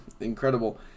Incredible